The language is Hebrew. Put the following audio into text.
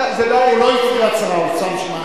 הוא לא הצהיר הצהרה, הוא שם סימן שאלה.